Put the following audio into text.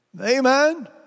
Amen